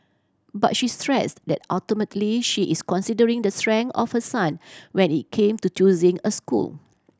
but she stressed that ultimately she is considering the strength of her son when it came to choosing a school